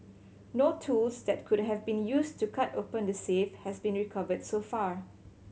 no tools that could have been used to cut open the safe have been recovered so far